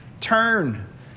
turn